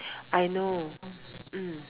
I know mm